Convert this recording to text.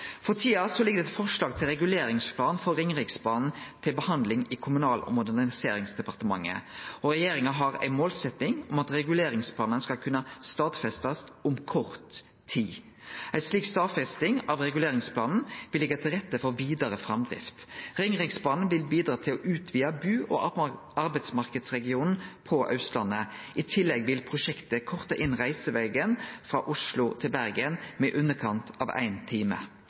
For tida ligg det eit forslag til reguleringsplan for Ringeriksbanen til behandling i Kommunal- og moderniseringsdepartementet, og regjeringa har ei målsetting om at reguleringsplanane skal kunne stadfestast om kort tid. Ei slik stadfesting av reguleringsplanen vil leggje til rette for vidare framdrift. Ringeriksbanen vil bidra til å utvide bu- og arbeidsmarknadsregionen på Austlandet. I tillegg vil prosjektet korte inn reisevegen frå Oslo til Bergen med i underkant av ein time.